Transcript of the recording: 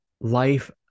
life